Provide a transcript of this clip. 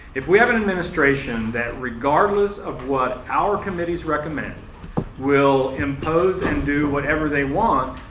if we have administration that regardless of what our committees recommend will impose and do whatever they want,